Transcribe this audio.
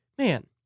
man